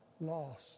Lost